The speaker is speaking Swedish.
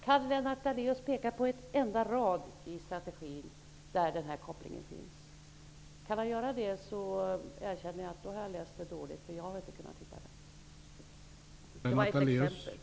Kan Lennart Daléus peka på en rad i strategin där denna koppling görs? Om han kan göra det får jag erkänna att jag har läst dåligt, eftersom jag inte har kunnat hitta något sådant. Det här var ett exempel.